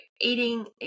eating